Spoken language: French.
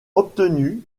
obtenu